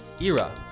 era